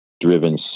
driven